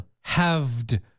Halved